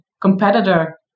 competitor